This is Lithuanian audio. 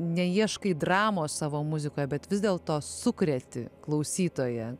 neieškai dramos savo muzikoje bet vis dėlto sukreti klausytoją